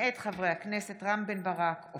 מאת חברי הכנסת איימן עודה,